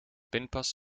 pinpas